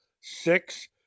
six